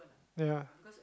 ya